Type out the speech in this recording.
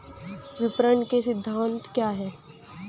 विपणन के सिद्धांत क्या हैं?